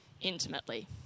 intimately